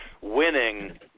winning